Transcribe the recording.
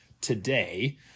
today